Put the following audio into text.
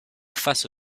face